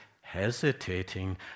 hesitating